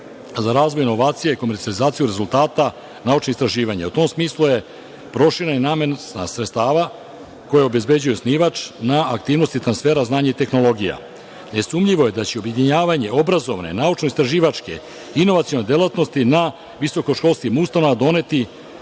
za razvoj inovacija i komercijalizaciju rezultata naučnih istraživanja. U tom smislu je proširena i namena sredstava koja obezbeđuje osnivač na aktivnosti transfera, znanja i tehnologija. Nesumnjivo je da će objedinjavanje obrazovane, naučno – istraživačke inovacione delatnosti na visokoškolskim ustanovama doneti